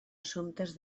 assumptes